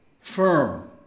firm